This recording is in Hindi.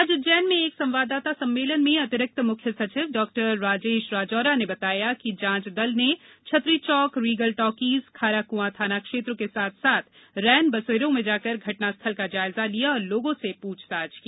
आज उज्जैन में एक संवाददाता सम्मेलन में अतिरिक्त मुख्य सचिव डॉ राजेश राजोरा ने बताया कि जांच दल ने छत्री चौक रीगल टाकीज खारा कुआं थाना क्षेत्र के साथ साथ रैन बसेरो में जाकर घटना स्थल का जायजा लिया और लोगों से पूछताछ की